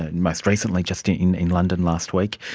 and and most recently just in in london last week.